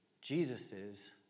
Jesus's